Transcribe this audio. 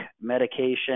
medication